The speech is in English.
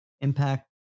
impact